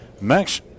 Max